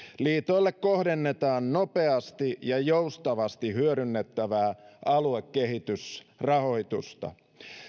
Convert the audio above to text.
liitoille kohdennetaan nopeasti ja joustavasti hyödynnettävää aluekehitysrahoitusta